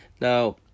Now